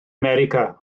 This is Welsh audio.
america